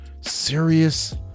serious